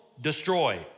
destroy